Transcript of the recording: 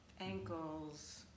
ankles